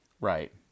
Right